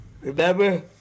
remember